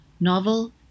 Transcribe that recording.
Novel